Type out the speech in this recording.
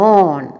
on